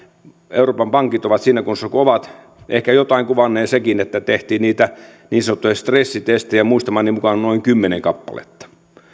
euroopan pankit ovat siinä kunnossa kuin ovat ehkä jotain kuvannee sekin että kun tehtiin niitä niin sanottuja stressitestejä muistamani mukaan noin kymmenen kappaletta